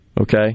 okay